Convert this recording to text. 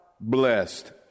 blessed